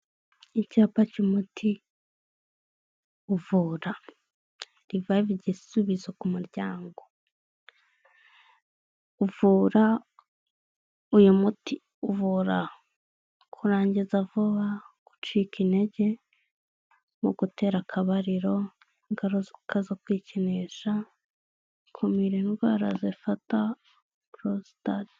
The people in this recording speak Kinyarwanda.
Icyapa cy'umuti uvura rivayive igisubizo ku muryango, uvura uyu muti uvura kurangiza vuba, gucika intege mu gutera akabariro, ingaruka zo kwikinisha, ukumira indwara zifata porositate.